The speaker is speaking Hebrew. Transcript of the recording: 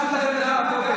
הרב גפני הסכים.